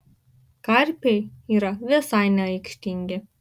karpiai yra visai neaikštingi